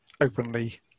openly